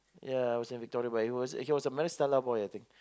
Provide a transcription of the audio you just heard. ya I was in Victoria but he was he was a Maris-Stella boy I think